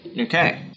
Okay